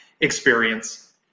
Experience